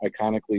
iconically